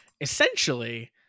essentially